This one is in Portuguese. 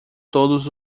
todos